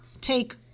take